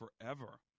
forever